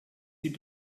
sie